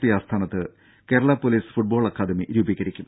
P ആസ്ഥാനത്ത് Kerala police football academy രൂപീകരിക്കും